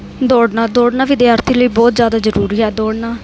ਦੌੜਨਾ ਦੌੜਨਾ ਵਿਦਿਆਰਥੀ ਲਈ ਬਹੁਤ ਜ਼ਿਆਦਾ ਜ਼ਰੂਰੀ ਹੈ ਦੌੜਨਾ